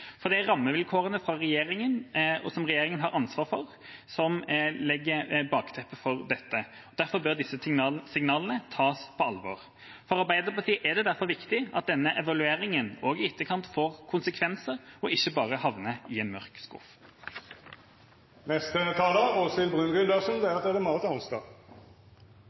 for det er rammevilkårene fra regjeringa, som regjeringa har ansvar for, som legger bakteppet for dette. Derfor bør disse signalene tas på alvor. For Arbeiderpartiet er det derfor viktig at denne evalueringen i etterkant får konsekvenser og ikke havner i en mørk skuff. Fremskrittspartiet har behov for å opplyse om at det i dag er anledning til å få utsatt skolestart, men at det